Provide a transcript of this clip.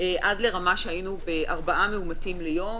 עד לרמה שהיינו בארבעה מאומתים ביום,